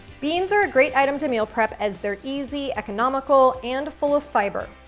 beans are a great item to meal prep, as they're easy, economical, and full of fiber.